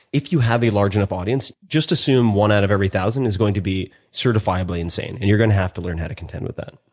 if you have a large enough audience, just assume one out of every one thousand is going to be certifiably insane and you are going to have to learn how to contend with that.